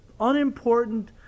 unimportant